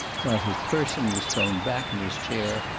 while his person was thrown back in his chair,